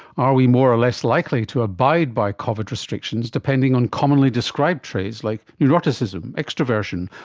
are we more or less likely to abide by covid restrictions depending on commonly described traits like neuroticism, extraversion,